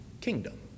kingdom